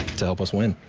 to help us win.